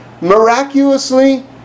Miraculously